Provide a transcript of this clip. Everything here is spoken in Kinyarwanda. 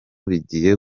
bigiye